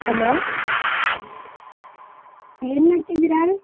hello ಏನು ಮಾಡ್ತಿದೀರಾ